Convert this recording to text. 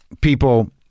people